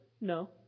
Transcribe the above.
No